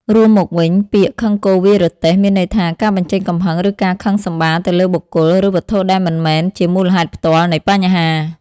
រួមមកវិញ ពាក្យ «ខឹងគោ វាយរទេះ» មានន័យថា ការបញ្ចេញកំហឹង ឬការខឹងសម្បារទៅលើ បុគ្គល ឬវត្ថុដែលមិនមែនជាមូលហេតុផ្ទាល់ នៃបញ្ហា។